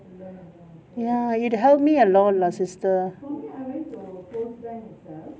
ya it help me a lot lah sister